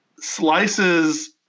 slices